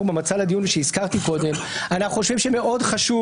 במצע לדיון שהזכרתי קודם אנחנו חושבים שמאוד חשוב